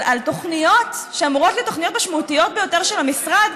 על תוכניות שאמורות להיות תוכניות משמעותיות ביותר של המשרד,